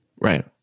Right